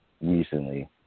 recently